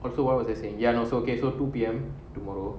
what's so why was the same yan also okay so two pm tomorrow